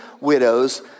widows